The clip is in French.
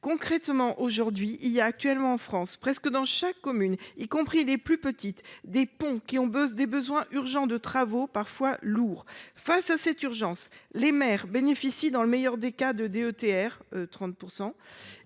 Concrètement, à l'heure actuelle, il y a en France, presque dans chaque commune, y compris les plus petites, des ponts qui ont besoin urgemment de travaux, parfois lourds. Face à cette urgence, les maires bénéficient dans le meilleur des cas de la